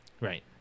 Right